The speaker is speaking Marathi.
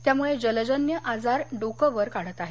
त्यामुळे जलजन्य आजार डोके वर काढत आहेत